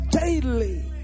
daily